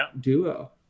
duo